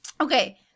Okay